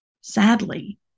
Sadly